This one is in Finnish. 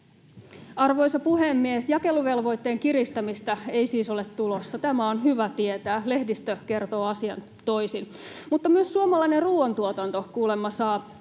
Arvoisa puhemies! Jakeluvelvoitteen kiristämistä ei siis ole tulossa. Tämä on hyvä tietää. Lehdistö kertoo asian toisin. Mutta myös suomalainen ruoantuotanto kuulemma saa